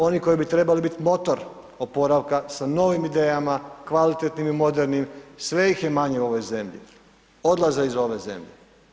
Oni koji bi trebali biti motor oporavka, sa novim idejama, kvalitetnim i modernim, sve ih je manje u ovoj zemlji, odlaze iz ove zemlje.